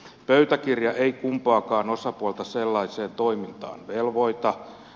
pöytäkirja ei kumpaakaan osapuolta sellaiseen toimintaan velvoita